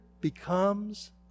becomes